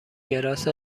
کراس